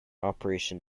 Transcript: operation